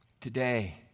Today